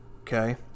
Okay